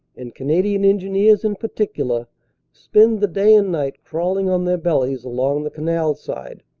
and canadian engineers in particular spend the day and night crawling on their bellies along the canal side